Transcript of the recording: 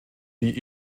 die